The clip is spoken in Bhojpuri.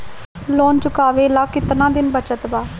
लोन चुकावे ला कितना दिन बचल बा?